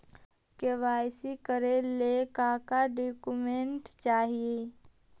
KYC करे ला का का डॉक्यूमेंट चाही?